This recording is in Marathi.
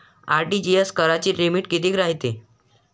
आर.टी.जी.एस कराची लिमिट कितीक रायते?